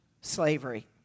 slavery